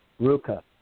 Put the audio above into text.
Ruka